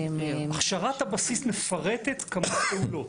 הכשרת הבסיס מפרטת כמה פעולות.